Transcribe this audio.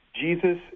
Jesus